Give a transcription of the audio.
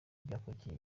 byakurikiye